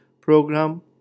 program